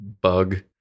bug